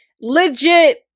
legit